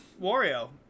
Wario